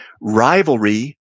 Rivalry